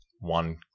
One